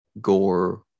Gore